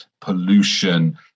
pollution